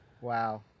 Wow